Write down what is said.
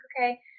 okay